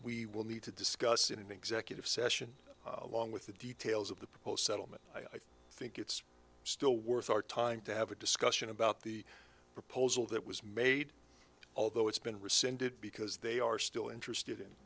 we will need to discuss in an executive session along with the details of the proposed settlement i think it's still worth our time to have a discussion about the proposal that was made although it's been rescinded because they are still interested in